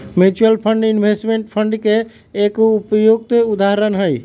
mutual fund investment fund के एक उपयुक्त उदाहरण हई